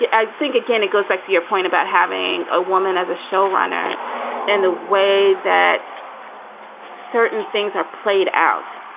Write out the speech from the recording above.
i think, again, it goes back to your point about having a woman as a showrunner and the way that certain things are played out.